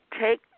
take